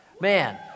Man